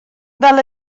fel